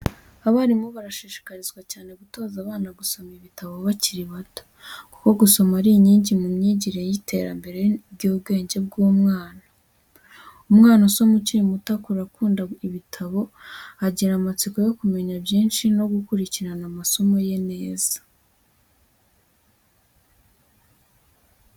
Abarimu barashishikarizwa cyane gutoza abana gusoma ibitabo bakiri bato, kuko gusoma ari inkingi mu myigire n’iterambere ry’ubwenge bw’umwana. Umwana usoma akiri muto akura akunda ibitabo, agira amatsiko yo kumenya byinshi no gukurikirana amasomo ye neza.